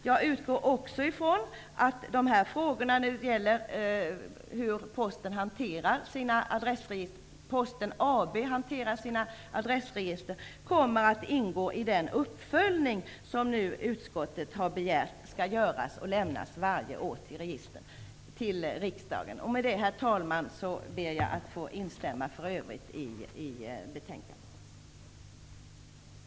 Jag utgår också från att frågorna rörande hur Posten AB hanterar sina adressregister kommer att ingå i den uppföljning som utskottet har begärt skall göras och lämnas varje år till riksdagen. Med detta, herr talman, ber jag att för övrigt få instämma i hemställan.